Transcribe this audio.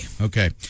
Okay